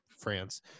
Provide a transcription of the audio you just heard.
France